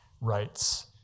rights